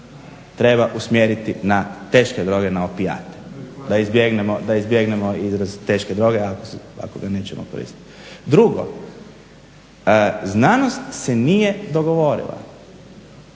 treba usmjeriti na teške droge na opijate, da izbjegnemo izraz teške droge ako ga nećemo koristiti. Drugo, znanost se nije dogovorila